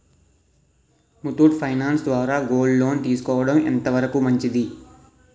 Muthoot finance ద్వారా gold loan తీసుకోవడం ఎంత వరకు మంచిది?